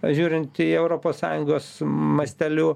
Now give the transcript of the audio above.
žiūrint į europos sąjungos masteliu